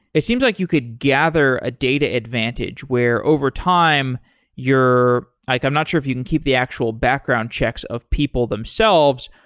it seems like you could gather data advantage, where overtime you're i'm not sure if you can keep the actual background checks of people themselves,